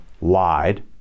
lied